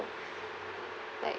like